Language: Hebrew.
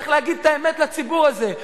צריך להגיד את האמת לציבור הזה.